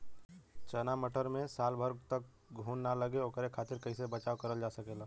चना मटर मे साल भर तक घून ना लगे ओकरे खातीर कइसे बचाव करल जा सकेला?